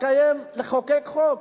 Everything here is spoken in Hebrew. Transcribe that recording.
לחוקק חוק